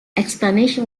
explanation